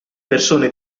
persone